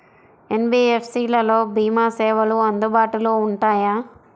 NBFC లలో భీమా సేవలు అందుబాటులో ఉంటాయా?